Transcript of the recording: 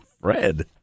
Fred